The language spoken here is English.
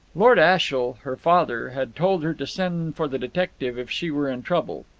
lord ashiel, her father, had told her to send for the detective if she were in trouble.